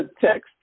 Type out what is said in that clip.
text